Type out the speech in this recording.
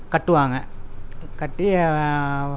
கட்டுவாங்க கட்டி